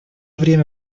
время